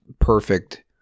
perfect